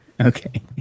Okay